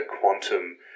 quantum